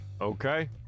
Okay